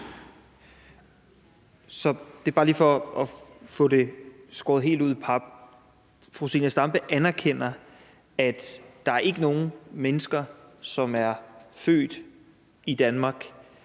(S): Det er bare lige for at få det skåret helt ud i pap: Fru Zenia Stampe anerkender, at der ikke er nogen mennesker, som er født i Danmark,